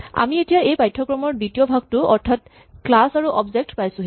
আমি এতিয়া এই পাঠ্যক্ৰমৰ দ্বিতীয় ভাগটো অৰ্থাৎ ক্লাচ আৰু অবজেক্ট পাইছোহি